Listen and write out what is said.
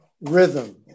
rhythm